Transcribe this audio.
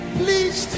please